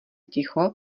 ticho